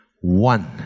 One